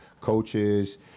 coaches